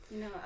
No